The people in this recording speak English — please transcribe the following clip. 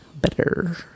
better